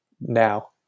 now